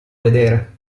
vedere